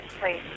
please